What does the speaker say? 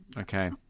okay